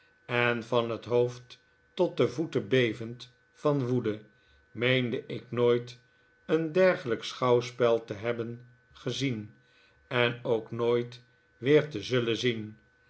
en van het hoofd tot de voeten bevend van woede meende ik nooit een dergelijk schouwspel te hebben gezien en ook nooit weer te zullen zien